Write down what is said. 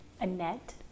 Annette